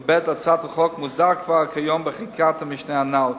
ו-(ב) להצעת החוק מוסדר כבר כיום בחקיקת המשנה הנ"ל.